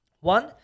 One